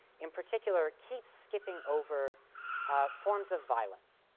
in particular, keeps skipping over forms of violence.